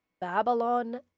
Babylon